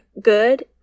good